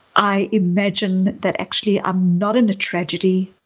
i imagine that actually i'm not in a tragedy.